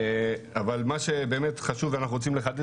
אבל מה שבאמת חשוב ואנחנו רוצים לחדד,